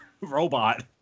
robot